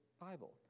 Bible